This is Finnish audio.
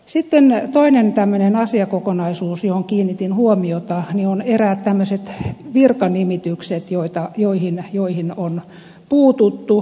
sitten toinen tämmöinen asiakokonaisuus johon kiinnitin huomiota on eräät tämmöiset virkanimitykset joihin on puututtu